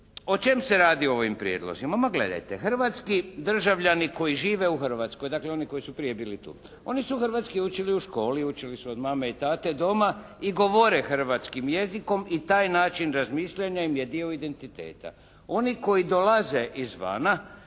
O čem se radi u ovim prijedlozima? Ma gledajte, hrvatski državljani koji žive u Hrvatskoj, dakle oni koji su prije bili tu, oni su hrvatski učili u školi, učili su od mame i tate doma i govore hrvatskim jezikom i taj način razmišljanja im je dio identiteta. Oni koji dolaze izvana